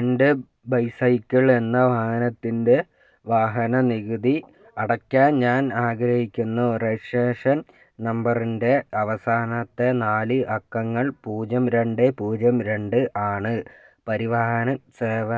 എൻ്റെ ബൈസൈക്കിൾ എന്ന വാഹനത്തിൻ്റെ വാഹന നികുതി അടക്കാൻ ഞാൻ ആഗ്രഹിക്കുന്നു രജിസ്ട്രേഷൻ നമ്പറിൻ്റെ അവസാനത്തെ നാല് അക്കങ്ങൾ പൂജ്യം രണ്ട് പൂജ്യം രണ്ട് ആണ് പരിവാഹൻ സേവ